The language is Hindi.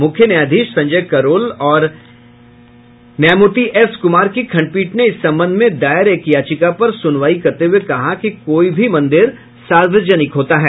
मुख्य न्यायाधीश संजय करोल और न्यायमूर्ति एस कुमार की खंडपीठ ने इस संबंध में दायर एक याचिका पर सुनवाई करते हुये कहा कि कोई भी मंदिर सार्वजनिक होता है